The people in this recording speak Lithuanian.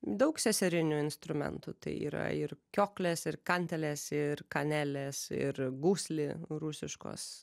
daug seserinių instrumentų tai yra ir kioklės ir kantelės ir kanelės ir gusli rusiškos